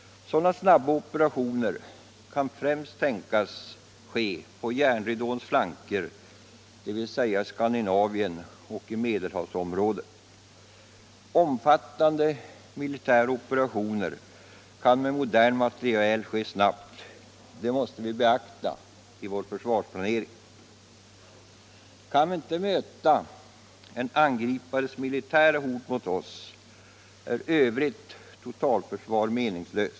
Sådana snabba operationer kan främst tänkas ske på ”järnridåns” flanker, dvs. i Skandinavien och i Medelhavsområdet. Omfattande militära operationer kan med modern materiel ske snabbt. Det måste vi beakta i vår försvarsplanering. Kan vi inte möta en angripares militära hot mot oss är övrigt totalförsvar meningslöst.